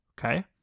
Okay